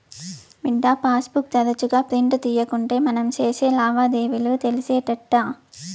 బిడ్డా, passbook తరచుగా print తీయకుంటే మనం సేసే లావాదేవీలు తెలిసేటెట్టా